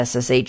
SSH